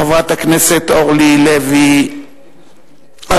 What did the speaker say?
חברת הכנסת אורלי לוי אבקסיס.